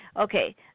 okay